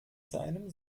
seinem